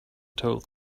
told